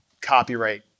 Copyright